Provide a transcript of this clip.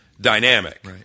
dynamic